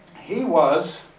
he was